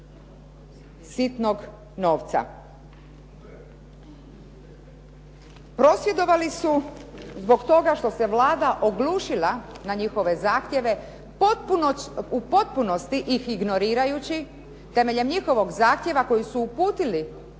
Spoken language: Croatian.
sitnog novca. Prosvjedovali su zbog toga što se Vlada oglušila na njihove zahtjeve u potpunosti ih ignorirajući temeljem njihovog zahtjeva koji su uputili